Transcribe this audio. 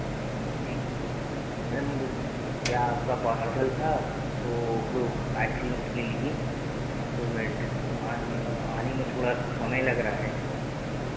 जी madam वो क्या आपका पार्सल था तो वो आइस क्रीम के लिए तो मैं आने आने में थोड़ा सा समय लग रहा है